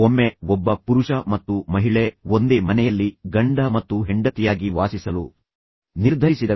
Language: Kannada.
ಒಮ್ಮೆ ಒಬ್ಬ ಪುರುಷ ಮತ್ತು ಮಹಿಳೆ ಒಂದೇ ಮನೆಯಲ್ಲಿ ಗಂಡ ಮತ್ತು ಹೆಂಡತಿಯಾಗಿ ವಾಸಿಸಲು ನಿರ್ಧರಿಸಿದರು